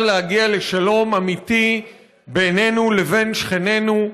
להגיע לשלום אמיתי בינינו לבין שכנינו,